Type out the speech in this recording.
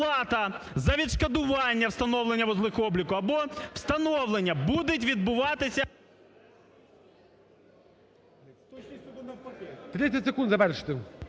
30 секунд, завершуйте.